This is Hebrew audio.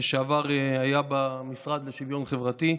שלשעבר היה במשרד לשוויון חברתי,